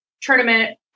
tournament